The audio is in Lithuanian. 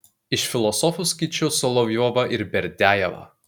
iš filosofų skaičiau solovjovą ir berdiajevą